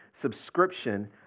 subscription